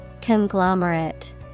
Conglomerate